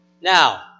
Now